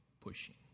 pushing